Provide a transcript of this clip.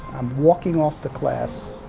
i'm walking off to class,